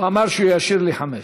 הוא אמר שהוא ישאיר לי חמש.